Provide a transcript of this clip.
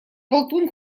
болтун